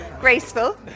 graceful